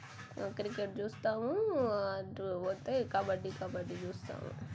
cricket చూస్తాము కబడ్డీ కబడ్డీ చూస్తాము